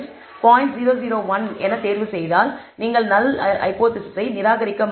001 என தேர்வு செய்தால் நீங்கள் நல் ஹைபோதேசிஸை நிராகரிக்க மாட்டீர்கள்